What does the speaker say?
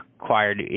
required